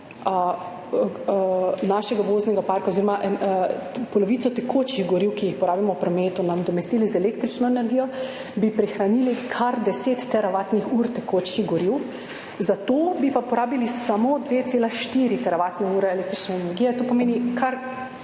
našega voznega parka oziroma polovico tekočih goriv, ki jih porabimo v prometu, nadomestili z električno energijo, bi prihranili kar 10 teravatnih ur tekočih goriv, za to bi pa porabili samo 2,4 teravatne ure električne energije, to pomeni kar